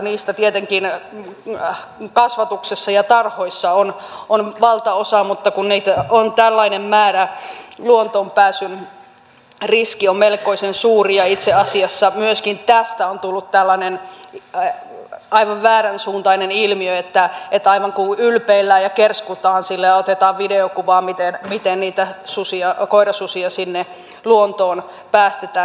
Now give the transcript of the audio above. niistä tietenkin kasvatuksessa ja tarhoissa on valtaosa mutta kun niitä on tällainen määrä luontoon pääsyn riski on melkoisen suuri ja itse asiassa myöskin tästä on tullut tällainen aivan vääränsuuntainen ilmiö että aivan kuin ylpeillään ja kerskutaan sillä ja otetaan videokuvaa miten niitä koirasusia sinne luontoon päästetään